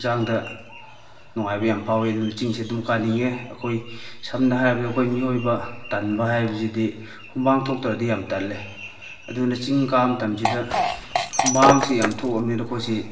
ꯍꯛꯆꯥꯡꯗ ꯅꯨꯡꯉꯥꯏꯕ ꯌꯥꯝ ꯐꯥꯎꯋꯦ ꯑꯗꯨꯅ ꯆꯤꯡꯁꯦ ꯑꯗꯨꯝ ꯀꯥꯅꯤꯡꯉꯦ ꯑꯩꯈꯣꯏ ꯁꯝꯅ ꯍꯥꯏꯔꯕꯗ ꯑꯩꯈꯣꯏ ꯃꯤꯑꯣꯏꯕ ꯇꯟꯕ ꯍꯥꯏꯕꯁꯤꯗꯤ ꯍꯨꯃꯥꯡ ꯊꯣꯛꯇ꯭ꯔꯗꯤ ꯌꯥꯝ ꯇꯜꯂꯦ ꯑꯗꯨꯅ ꯆꯤꯡ ꯀꯥꯕ ꯃꯇꯝꯁꯤꯗ ꯍꯨꯃꯥꯡꯁꯦ ꯌꯥꯝ ꯊꯣꯛꯑꯕꯅꯤꯅ ꯑꯩꯈꯣꯏꯁꯦ